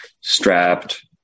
strapped